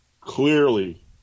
Clearly